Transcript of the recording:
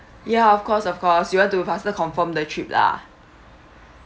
ya of course of course you want to faster confirm the trip lah